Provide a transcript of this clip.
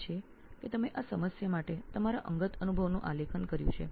હું જોઈ શકું છું કે આ સમસ્યા માટે આપે આપના વ્યક્તિગત અનુભવ નું આલેખન કર્યું છે